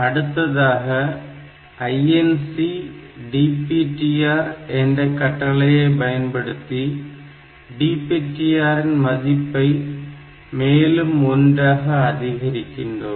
அடுத்ததாக INC DPTR என்ற கட்டளையை பயன்படுத்தி DPTR இன் மதிப்பை மேலும் ஒன்றாக அதிகரிக்கிறோம்